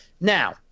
Now